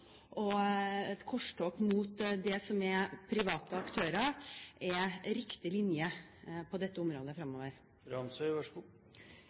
og et korstog mot private aktører er riktig linje på dette området